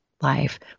life